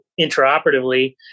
intraoperatively